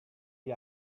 gli